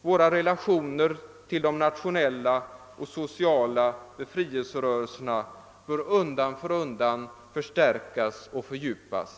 Våra relationer till de nationella och sociala befrielserörelserna bör undan för undan förstärkas och fördjupas.